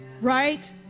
right